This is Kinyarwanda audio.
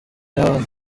n’abandi